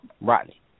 Rodney